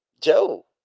Joe